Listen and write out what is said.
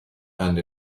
and